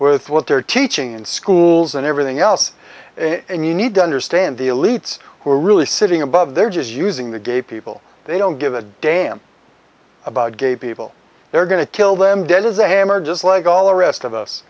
with what they are teaching in schools and everything else and you need to understand the elites who are really sitting above their g s using the gay people they don't give a damn about gay people they're going to kill them dead as a hammer just like all the rest of us